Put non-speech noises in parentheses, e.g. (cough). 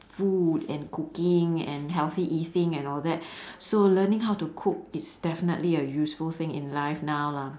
food and cooking and healthy eating and all that (breath) so learning how to cook is definitely a useful thing in life now lah